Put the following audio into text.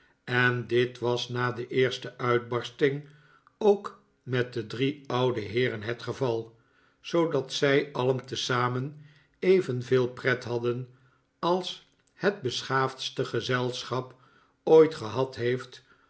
en dit was na de eerste uitbarsting ook met de drie oude heeren het geval zoodat zij alien tezamen evenveel pret hadden als het beschaafdste gezelschap ooit gehad heeft